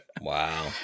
Wow